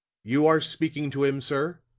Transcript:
you are speaking to him, sir,